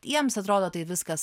jiems atrodo tai viskas